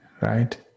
right